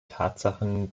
tatsachen